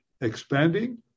expanding